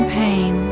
pain